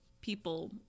people